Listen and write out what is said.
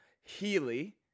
Healy